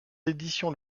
éditions